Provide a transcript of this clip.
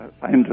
find